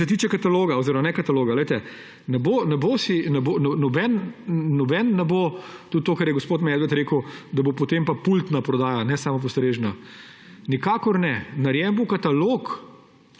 Kar se tiče kataloga oziroma ne kataloga, glejte, noben ne bo, tudi to, kar je gospod Medved rekel, da bo potem pa pultna prodaja, ne samopostrežna. Nikakor ne. Narejen bo katalog,